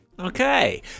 Okay